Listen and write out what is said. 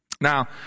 Now